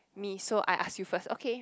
me so I ask you first okay